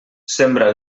sembra